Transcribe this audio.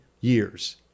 years